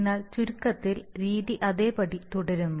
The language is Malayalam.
എന്നാൽ ചുരുക്കത്തിൽ രീതി അതേപടി തുടരുന്നു